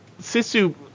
sisu